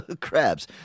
Crabs